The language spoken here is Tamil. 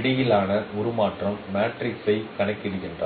இடையிலான உருமாற்ற மேட்ரிக்ஸை கணக்கிடுகிறீர்கள்